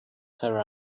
her